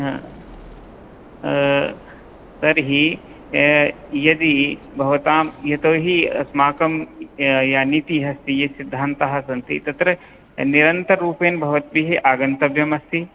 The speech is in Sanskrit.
तर्हि यदि भवतां यतोहि अस्माकं या नीतिः अस्ति ये सिद्धान्ताः सन्ति तत्र निरन्तररूपेण भवद्भिः आगन्तव्यम् अस्ति